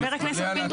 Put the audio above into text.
חברת הכנסת שרון,